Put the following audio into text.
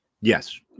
Yes